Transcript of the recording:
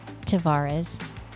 Tavares